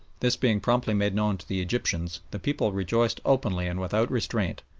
this being promptly made known to the egyptians, the people rejoiced openly and without restraint,